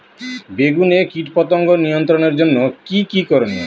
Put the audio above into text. বেগুনে কীটপতঙ্গ নিয়ন্ত্রণের জন্য কি কী করনীয়?